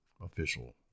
official